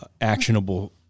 actionable